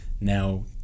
now